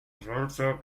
salzburg